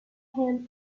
him